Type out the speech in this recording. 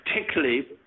particularly